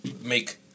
make